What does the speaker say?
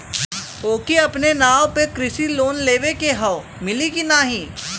ओके अपने नाव पे कृषि लोन लेवे के हव मिली की ना ही?